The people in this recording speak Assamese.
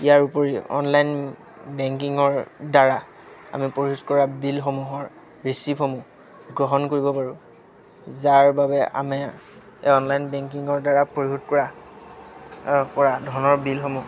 ইয়াৰ উপৰি অনলাইন বেংকিঙৰদ্বাৰা আমি পৰিশোধ কৰা বিলসমূহৰ ৰিচিপসমূহ গ্ৰহণ কৰিব পাৰোঁ যাৰ বাবে আমি অনলাইন বেংকিঙৰদ্বাৰা পৰিশোধ কৰা অঁ কৰা ধনৰ বিলসমূহ